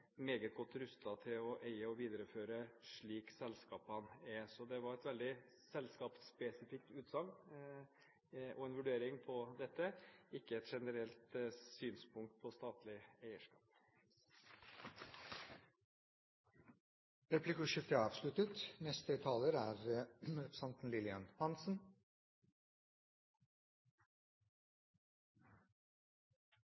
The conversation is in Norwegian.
meget godt rustet til å eie og videreføre slik selskapene er. Utsagnet representanten referer til, var en veldig selskapsspesifikk vurdering av dette, ikke et generelt synspunkt på statlig eierskap. Replikkordskiftet er omme. Ja, vi er